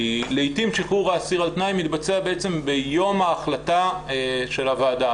כי לעתים שחרור האסיר על תנאי מתבצע ביום ההחלטה של הוועדה.